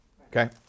Okay